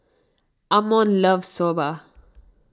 Ammon loves Soba